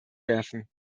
werfen